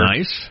Nice